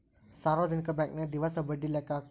ಸಾರ್ವಜನಿಕ ಬಾಂಕನ್ಯಾಗ ದಿವಸ ಬಡ್ಡಿ ಲೆಕ್ಕಾ ಹಾಕ್ತಾರಾ